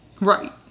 Right